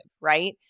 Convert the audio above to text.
right